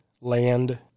Land